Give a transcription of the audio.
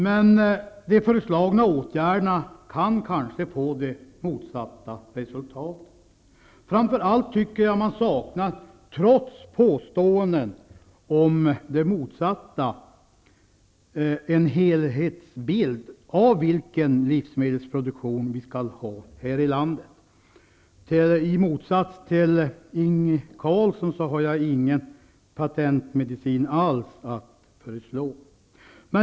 Men resultatet beträffande de föreslagna åtgärderna kan bli motsatsen till vad man väntat. Framför allt tycker jag att det, trots påståenden om motsatsen, saknas en helhetsbild i fråga om vilken livsmedelsproduktion vi skall ha i det här landet. I motsats till Inge Carlsson kan jag inte föreslå någon patentmedicin alls.